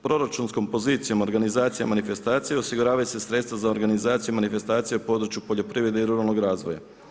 Proračunskom pozicijom organizacije manifestacija osiguravaju se sredstva za organizaciju manifestacije u području poljoprivrede i ruralnog razvoja.